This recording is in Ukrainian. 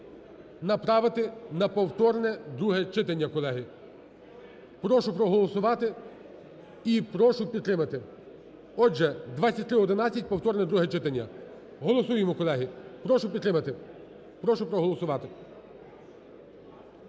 направити на повторне друге читання, колеги. Прошу проголосувати і прошу підтримати. Отже, 2311 – повторне друге читання. Голосуємо, колеги, прошу підтримати, прошу проголосувати,